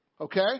okay